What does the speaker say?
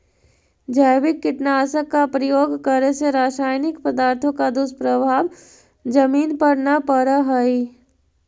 जैविक कीटनाशक का प्रयोग करे से रासायनिक पदार्थों का दुष्प्रभाव जमीन पर न पड़अ हई